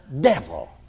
devil